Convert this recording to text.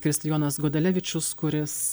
kristijonas gudalevičius kuris